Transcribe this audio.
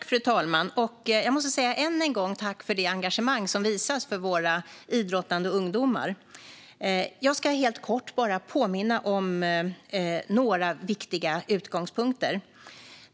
Fru talman! Än en gång måste jag säga tack för det engagemang som visas för våra idrottande ungdomar. Jag ska bara helt kort påminna om några viktiga utgångspunkter.